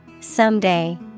Someday